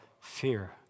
fear